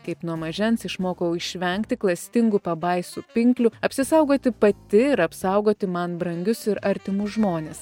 kaip nuo mažens išmokau išvengti klastingų pabaisų pinklių apsisaugoti pati ir apsaugoti man brangius ir artimus žmones